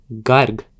Garg